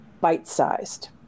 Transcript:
bite-sized